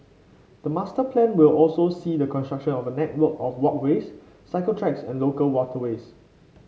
the master plan will also see the construction of a network of walkways cycle tracks and local waterways